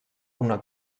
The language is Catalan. una